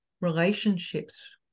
Relationships